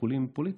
שיקולים פוליטיים,